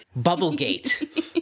Bubblegate